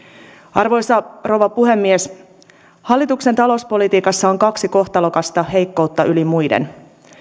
arvoisa rouva puhemies hallituksen talouspolitiikassa on kaksi kohtalokasta heikkoutta yli muiden